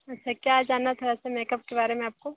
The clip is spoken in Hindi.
अच्छा क्या जानना था वैसे मेकअप के बारे में आपको